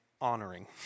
honoring